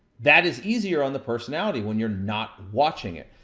that is easier on the personality, when you're not watching it.